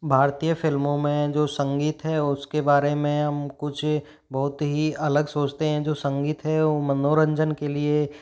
भारतीय फ़िल्मों में जो संगीत है उस के बारे में हम कुछ बहुत ही अलग सोचते हैं जो संगीत है वो मनोरंजन के लिए